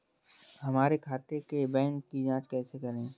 हमारे खाते के बैंक की जाँच कैसे करें?